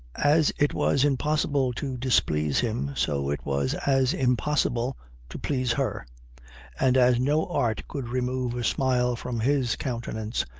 as it was impossible to displease him, so it was as impossible to please her and as no art could remove a smile from his countenance,